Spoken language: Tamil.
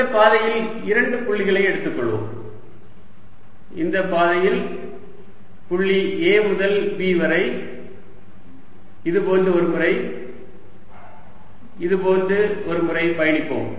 இந்த பாதையில் இரண்டு புள்ளிகளை எடுத்துக்கொள்வோம் இந்த பாதையில் புள்ளி A முதல் B வரை இதுபோன்று ஒரு முறை இதுபோன்று ஒரு முறை பயணிப்போம்